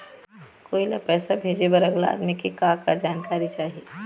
कोई ला पैसा भेजे बर अगला आदमी के का का जानकारी चाही?